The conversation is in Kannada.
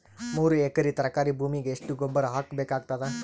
ಮೂರು ಎಕರಿ ತರಕಾರಿ ಭೂಮಿಗ ಎಷ್ಟ ಗೊಬ್ಬರ ಹಾಕ್ ಬೇಕಾಗತದ?